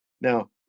Now